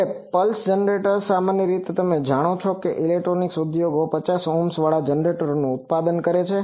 હવે pulse generators સામાન્ય રીતે તમે જાણો છો ઇલેક્ટ્રોનિક્સ ઉદ્યોગ 50Ω ઓહ્મવાળા જનરેટરોનું ઉત્પાદન કરે છે